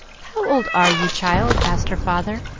how old are you, child? asked her father,